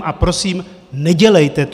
A prosím, nedělejte to!